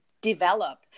develop